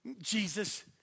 Jesus